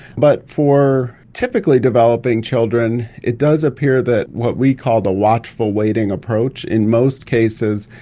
but for typically developing children, it does appear that what we call the watchful waiting approach in most cases,